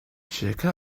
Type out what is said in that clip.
cerca